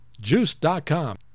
Juice.com